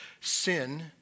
Sin